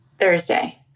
Thursday